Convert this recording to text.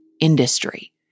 industry